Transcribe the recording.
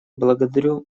благодарю